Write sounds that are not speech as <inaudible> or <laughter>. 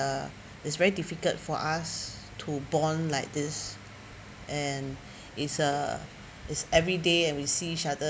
uh is very difficult for us to born like this and <breath> is uh is every day and we see each other